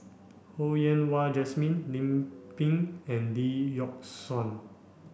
Ho Yen Wah Jesmine Lim Pin and Lee Yock Suan